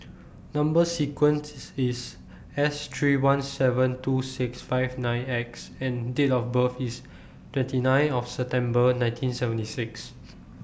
Number sequence IS S three one seven two six five nine X and Date of birth IS twenty nine of September nineteen seventy six